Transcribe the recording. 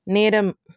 நேரம்